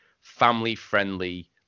family-friendly